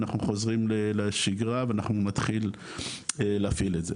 אנחנו חוזרים לשגרה ואנחנו נתחיל להפעיל את זה.